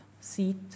seat